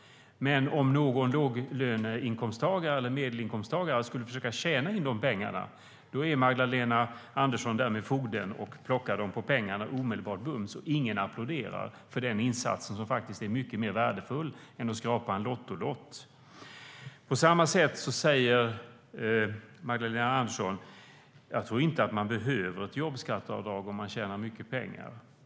Men om någon låginkomsttagare eller medelinkomsttagare skulle försöka tjäna in de pengarna är Magdalena Andersson där med fogden och plockar dem på pengar omedelbart. Ingen applåderar för den insatsen, som är mycket mer värdefull än att skrapa en lott. Magdalena Andersson säger: Jag tror inte att man behöver ett jobbskatteavdrag om man tjänar mycket pengar.